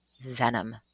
venom